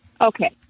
Okay